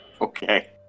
Okay